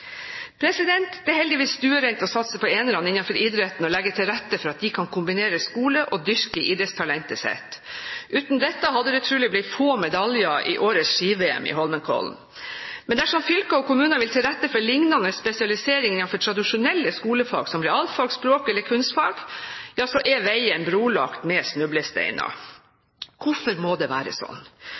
Det er heldigvis stuerent å satse på enerne innenfor idretten og legge til rette for at de kan kombinere skole og å dyrke idrettstalentet sitt. Uten dette hadde det trolig blitt få medaljer i årets ski-VM i Holmenkollen. Men dersom fylker og kommuner vil tilrettelegge for lignende spesialisering innenfor tradisjonelle skolefag som realfag, språk eller kunstfag, ja så er veien brolagt med snublesteiner. Hvorfor må det være